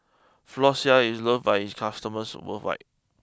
Floxia is loved by its customers worldwide